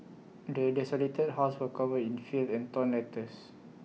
the desolated house was covered in filth and torn letters